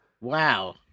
Wow